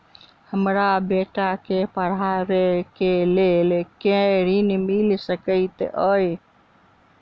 हमरा बेटा केँ पढ़ाबै केँ लेल केँ ऋण मिल सकैत अई?